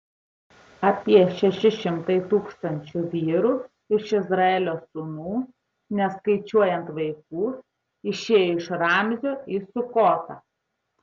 apie šeši šimtai tūkstančių vyrų iš izraelio sūnų neskaičiuojant vaikų išėjo iš ramzio į sukotą